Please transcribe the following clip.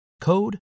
code